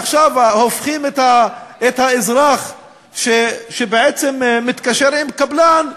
עכשיו הופכים את האזרח שבעצם מתקשר עם קבלן,